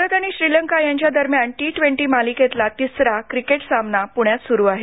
भारत आणि श्रीलंका यांच्या दरम्यान टी ट्वेंटी मालिकेतला तिसरा सामना पुण्यात सुरु आहे